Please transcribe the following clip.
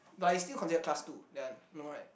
but it's still considered class two that one no right